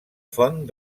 font